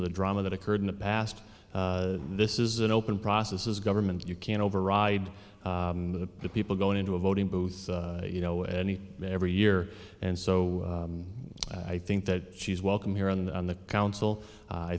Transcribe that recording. of the drama that occurred in the past this is an open process is government you can't override the people going into a voting booth you know any every year and so i think that she's welcome here on the council i